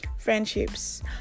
friendships